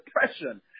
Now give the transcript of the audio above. depression